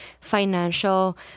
financial